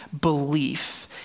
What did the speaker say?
belief